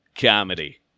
comedy